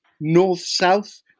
North-South